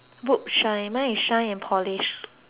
boot shine and polish